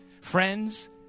friends